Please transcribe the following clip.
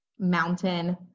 Mountain